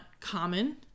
common